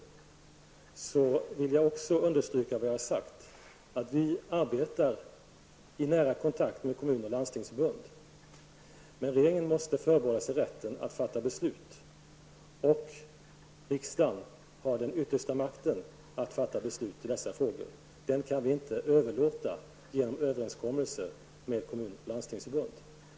Jag vill här understryka vad jag tidigare sagt. Vi arbetar i nära kontakt med kommun och landstingsförbunden, men regeringen måste förbehålla sig rätten att fatta beslut, och det är riksdagen som har den yttersta makten att fatta beslut i dessa frågor. Den makten kan vi inte överlåta genom överenskommelser med kommunoch landstingsförbunden.